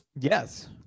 Yes